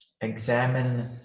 examine